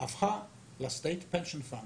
הפכה ל-state pension fund